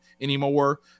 anymore